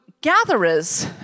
gatherers